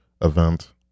event